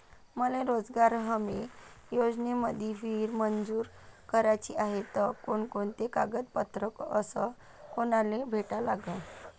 मले रोजगार हमी योजनेमंदी विहीर मंजूर कराची हाये त कोनकोनते कागदपत्र अस कोनाले भेटा लागन?